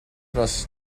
must